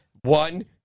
One